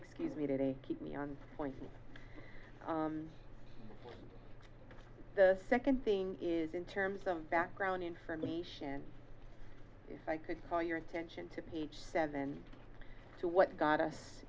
excuse me to keep me on point the second thing is in terms of background information if i could call your attention to page seven to what got us